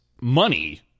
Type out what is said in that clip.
money